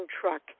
truck